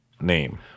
name